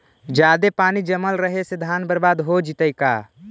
जादे पानी जमल रहे से धान बर्बाद हो जितै का?